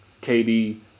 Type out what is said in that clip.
KD